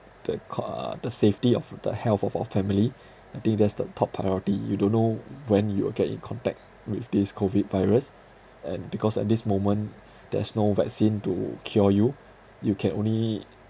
the co~ uh the safety of the health of our family I think that's the top priority you don't know when you'll get in contact with this COVID virus and because at this moment there's no vaccine to cure you you can only